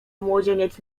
młodzieniec